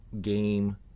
game